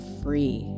free